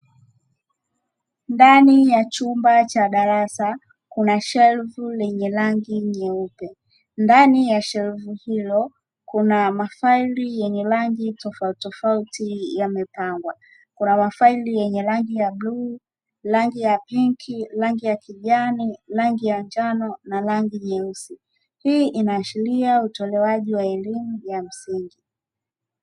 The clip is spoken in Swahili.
Ndani ya chumba cha darasa kuna shelfu lenye rangi nyeupe, ndani ya shelfu hilo kuna mafaili yenye rangi tofautitofauti yamepangwa; kuna mafaili yenye rangi ya bluu, rangi ya pinki, rangi ya kijani, rangi ya njano na rangi nyeusi. Hii inaashiria utolewaji wa elimu ya msingi.